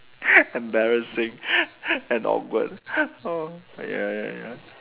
embarrassing and awkward oh ya ya ya